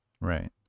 Right